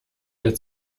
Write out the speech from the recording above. der